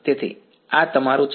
તેથી આ તમારું છે